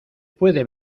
puede